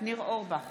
אינו נוכח